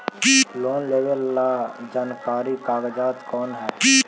Loan लेब ला जरूरी कागजात कोन है?